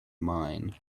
mine